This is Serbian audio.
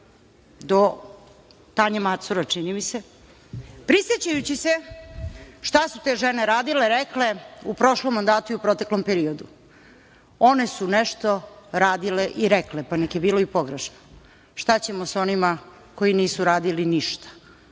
do Tanje Macure, čini mi se, prisećajući se šta su te žene radile, rekle u prošlom mandatu i u proteklom periodu. One su nešto radile i rekle, pa neka je bilo i pogrešno. Šta ćemo sa onima koji nisu radili ništa